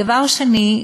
דבר שני,